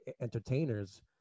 entertainers